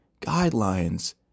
guidelines